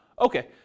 Okay